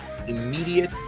immediate